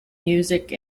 music